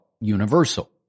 universal